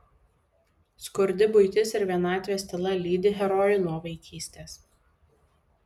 skurdi buitis ir vienatvės tyla lydi herojų nuo vaikystės